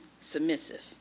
submissive